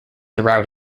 throughout